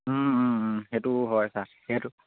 সেইটো হয় ছাৰ সেইটো